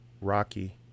Rocky